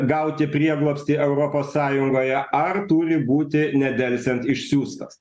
gauti prieglobstį europos sąjungoje ar turi būti nedelsiant išsiųstas